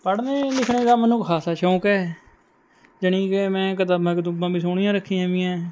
ਪੜ੍ਹਨ ਲਿਖਣ ਦਾ ਮੈਨੂੰ ਖਾਸਾ ਸ਼ੌਂਕ ਹੈ ਜਾਣੀ ਕਿ ਮੈਂ ਕਿਤਾਬਾਂ ਕਤੂਬਾਂ ਵੀ ਸੋਹਣੀਆਂ ਰੱਖੀਆਂ ਵੀ ਹੈਂ